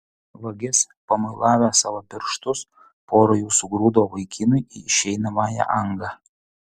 vagis pamuilavęs savo pirštus pora jų sugrūdo vaikinui į išeinamąją angą